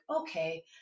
okay